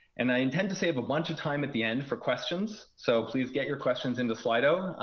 and i intend to save a bunch of time at the end for questions. so please get your questions into slido.